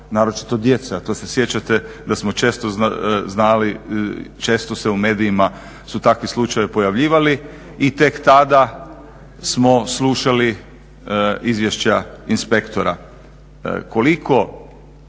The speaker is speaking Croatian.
naročito djece, a to se sjećate da smo često znali, često su se u medijima takvi slučajevi pojavljivali i tek tada smo slušali izvješća inspektora.